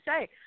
say